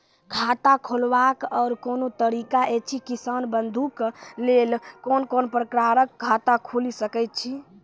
खाता खोलवाक आर कूनू तरीका ऐछि, किसान बंधु के लेल कून कून प्रकारक खाता खूलि सकैत ऐछि?